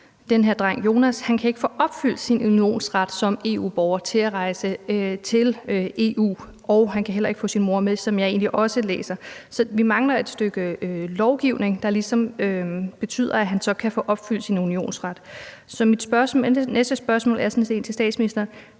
den her dreng, Jonas, ikke kan få opfyldt sin unionsret som EU-borger til at rejse til EU, og han kan heller ikke få sin mor med, som jeg læser det. Så vi mangler et stykke lovgivning, der ligesom betyder, at han kan få opfyldt sin unionsret. Så mit næste spørgsmål til statsministeren